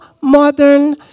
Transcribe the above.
modern